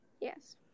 Yes